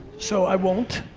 so, i won't,